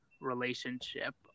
relationship